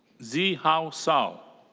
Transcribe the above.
zi hao so